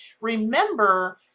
remember